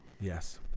Yes